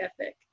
ethic